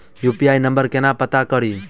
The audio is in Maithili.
यु.पी.आई नंबर केना पत्ता कड़ी?